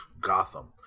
Gotham